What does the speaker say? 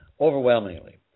overwhelmingly